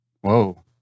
Whoa